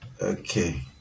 okay